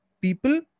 people